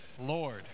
Lord